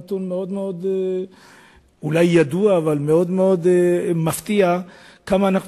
נתון שהוא אולי ידוע אבל מאוד מפתיע: כמה אנחנו